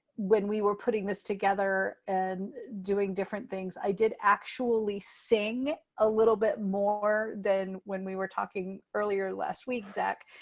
when we were putting this together and doing different things, i did actually actually sing a little bit more than when we were talking earlier last week, zack,